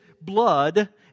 blood